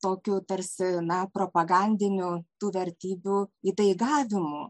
tokiu tarsi na propagandiniu tų vertybių įtaigavimu